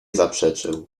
zaprzeczył